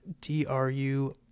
D-R-U